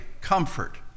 comfort